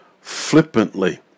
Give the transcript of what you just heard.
flippantly